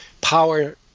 power